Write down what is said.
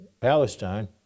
Palestine